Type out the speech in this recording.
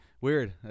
Weird